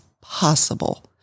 possible